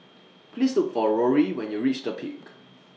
Please Look For Rory when YOU REACH The Peak